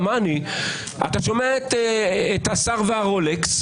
אתה שומע את השר והרולקס,